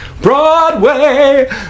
Broadway